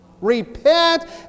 Repent